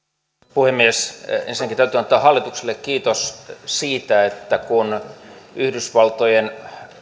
puhemies ensinnäkin täytyy antaa hallitukselle kiitos siitä että kun yhdysvaltojen